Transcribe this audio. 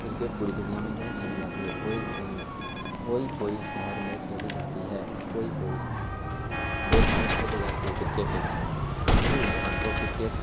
cricket پوری دنیا میں نہیں کھیلی جاتی ہے کوئی کوئی کوئی شہر میں کھیلی جاتی ہے کوئی کوئی دیس میں کھیلی جاتی ہے کرکٹ سبھی انسان کو کرکٹ